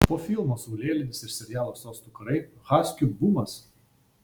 po filmo saulėlydis ir serialo sostų karai haskių bumas